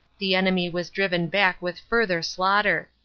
the enemy was driven back vith further slaughter.